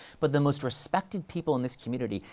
but the most respected people in this community,